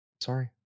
sorry